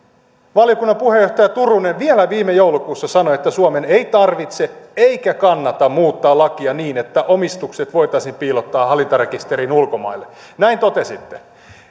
valiokunnan puheenjohtaja turunen vielä viime joulukuussa sanoi että suomen ei tarvitse eikä kannata muuttaa lakia niin että omistukset voitaisiin piilottaa hallintarekisteriin ulkomaille näin totesitte